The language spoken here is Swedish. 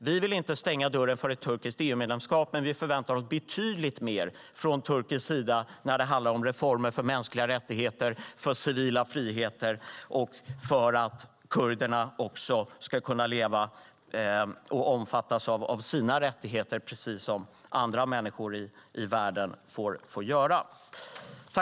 Vi vill inte stänga dörren för ett turkiskt EU-medlemskap, men vi förväntar oss betydligt mer från turkisk sida när det handlar om reformer för mänskliga rättigheter, för civila friheter och för att kurderna också ska få leva och omfattas av sina rättigheter, precis som andra människor i världen får göra.